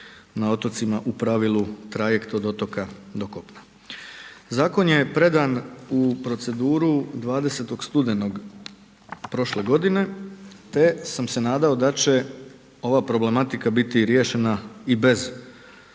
na otocima u pravilu trajekt od otoka do kopna. Zakon je predan u proceduru 20. studenog prošle godine te sam se nadao da će ova problematika biti riješena i bez rasprave